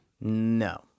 No